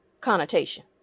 connotation